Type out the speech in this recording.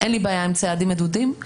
אין לי בעיה עם צעדים מדודים,